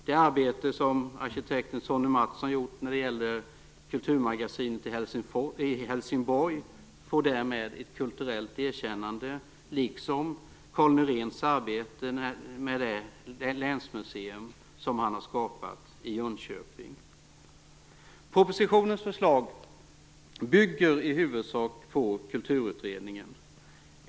Det arbete som arkitekten Sonny Mattsson gjorde när det gäller kulturmagasinet i Helsingborg får därmed ett kulturellt erkännande liksom Carl Nyréns arbete med det länsmuseum som han har skapat i Propositionens förslag bygger i huvudsak på Kulturutredningen.